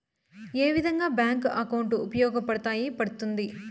ఏ విధంగా bank account ఉపయోగపడతాయి పడ్తుంది